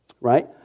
right